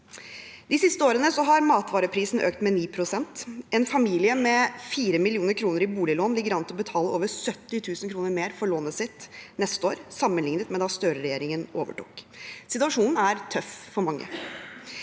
De siste årene har matvareprisene økt med 9 pst. En familie med 4 mill. kr i boliglån ligger an til å betale over 70 000 kr mer for lånet sitt neste år sammenlignet med da Støre-regjeringen overtok. Situasjonen er tøff for mange.